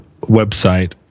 website